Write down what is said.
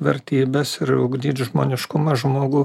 vertybes ir ugdyt žmoniškumą žmogų